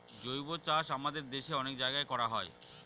জৈবচাষ আমাদের দেশে অনেক জায়গায় করা হয়